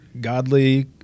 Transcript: godly